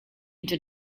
into